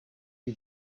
you